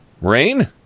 Rain